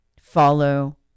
Follow